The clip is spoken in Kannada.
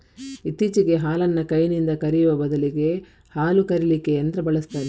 ಇತ್ತೀಚೆಗೆ ಹಾಲನ್ನ ಕೈನಿಂದ ಕರೆಯುವ ಬದಲಿಗೆ ಹಾಲು ಕರೀಲಿಕ್ಕೆ ಯಂತ್ರ ಬಳಸ್ತಾರೆ